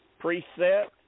preset